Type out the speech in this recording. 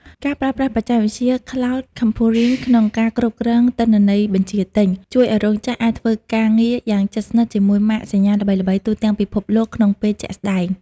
ការប្រើប្រាស់បច្ចេកវិទ្យា Cloud Computing ក្នុងការគ្រប់គ្រងទិន្នន័យបញ្ជាទិញ ជួយឱ្យរោងចក្រអាចធ្វើការងារយ៉ាងជិតស្និទ្ធជាមួយម៉ាកសញ្ញាល្បីៗទូទាំងពិភពលោកក្នុងពេលជាក់ស្ដែង។